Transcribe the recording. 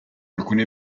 alcuni